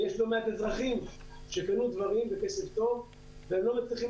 ויש לא מעט אזרחים שקנו דברים בכסף טוב ולא מצליחים